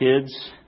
kids